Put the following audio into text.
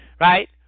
right